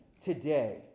today